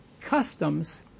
customs